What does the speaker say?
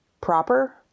proper